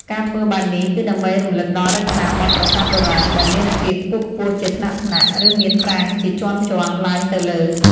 ការធ្វើបែបនេះ គឺដើម្បីរំលឹកដល់រចនាប័ទ្មប្រាសាទបុរាណ ដែលមានអគារខ្ពស់ៗជាថ្នាក់ៗ ឬមានប្រាង្គជាជាន់ៗឡើងទៅលើ។